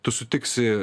tu sutiksi